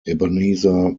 ebenezer